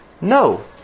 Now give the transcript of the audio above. No